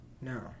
No